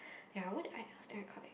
ya which one I ask you is correct